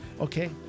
Okay